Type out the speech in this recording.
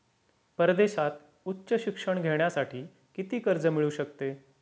परदेशात उच्च शिक्षण घेण्यासाठी किती कर्ज मिळू शकते?